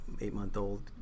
eight-month-old